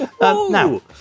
Now